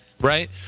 Right